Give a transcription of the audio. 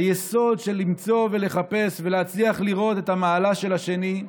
היסוד של למצוא ולחפש ולהצליח לראות את המעלה של השני,